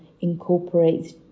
incorporates